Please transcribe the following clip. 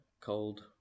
Cold